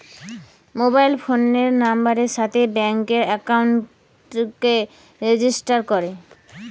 mobile ফোনের নাম্বারের সাথে ব্যাঙ্ক একাউন্টকে রেজিস্টার করে